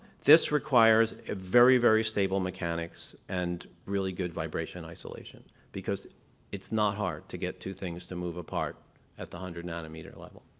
this requires very, very stable mechanics and really good vibration isolation because it's not hard to get two things to move apart at the hundred nanometer level.